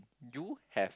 you have